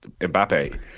Mbappe